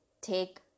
take